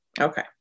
Okay